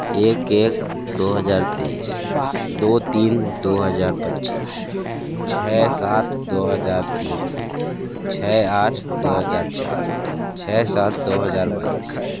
एक एक दो हजार तीस दो तीन दो हजार पच्चीस छः सात दो हजार तीन छः आठ दो हजार चार छः सात दो हजार बाईस